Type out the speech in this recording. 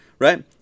Right